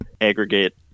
aggregate